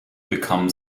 become